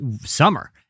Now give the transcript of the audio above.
summer